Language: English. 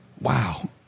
Wow